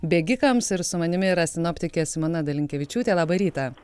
bėgikams ir su manimi yra sinoptikė simona dalinkevičiūtė labą rytą